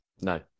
No